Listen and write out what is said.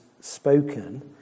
spoken